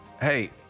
hey